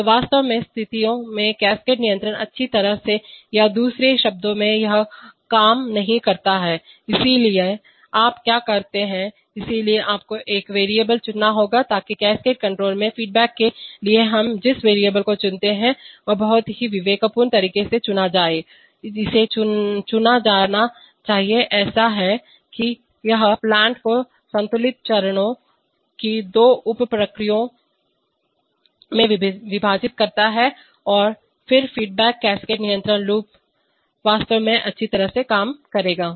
तो वास्तव में स्थितियों में कैस्केड नियंत्रण अच्छी तरह से या दूसरे शब्दों में यह काम नहीं करता है इसलिए आप क्या करते हैं इसलिए आपको एक वैरिएबल चुनना होगा ताकि कैस्केड कंट्रोल में फीडबैक के लिए हम जिस वैरिएबल को चुनते हैं वह बहुत ही विवेकपूर्ण तरीके से चुना जाए इसे चुना जाना चाहिए ऐसा है कि यह प्लांट को संतुलित चरणों फेज की दो उप प्रक्रियाओं में विभाजित करता है फिर कैस्केड नियंत्रण लूपकास्केड कण्ट्रोल लूप वास्तव में अच्छी तरह से काम करेगा